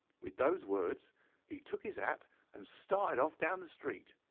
with those words he took his hat and started off down the street.